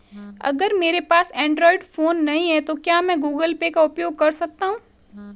अगर मेरे पास एंड्रॉइड फोन नहीं है तो क्या मैं गूगल पे का उपयोग कर सकता हूं?